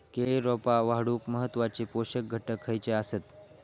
केळी रोपा वाढूक महत्वाचे पोषक घटक खयचे आसत?